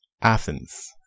Athens